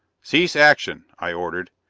cease action! i ordered,